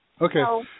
Okay